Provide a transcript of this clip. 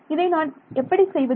இதை நான் எப்படி செய்வது